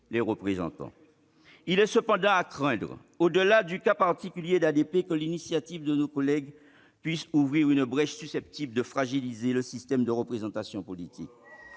nous incarnons ici. Il est cependant à craindre, au-delà du cas particulier d'ADP, que l'initiative de nos collègues puisse ouvrir une brèche susceptible de fragiliser le système de représentation politique.